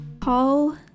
Paul